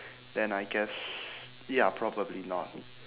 then I guess ya probably not